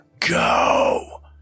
go